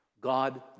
God